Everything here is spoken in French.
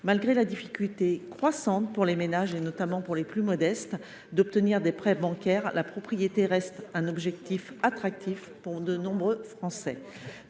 Malgré la difficulté croissante pour les ménages, notamment pour les plus modestes, d’obtenir des prêts bancaires, la propriété reste un objectif attractif pour de nombreux Français,